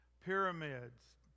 pyramids